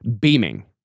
beaming